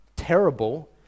terrible